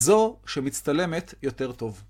זו שמצטלמת יותר טוב.